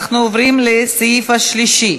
אנחנו עוברים לסעיף השלישי.